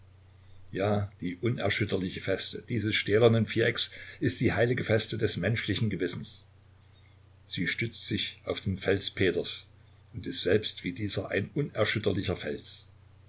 ja die unerschütterliche feste dieses stählernen vierecks ist die heilige feste des menschlichen gewissens sie stützt sich auf den fels peters und ist selbst wie dieser ein unerschütterlicher fels